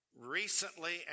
recently